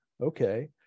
Okay